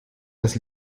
das